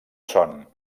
son